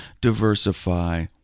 diversify